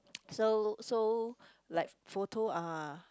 so so like photo ah